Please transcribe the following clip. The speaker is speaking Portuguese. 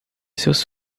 seus